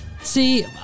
See